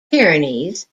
pyrenees